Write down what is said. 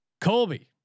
Colby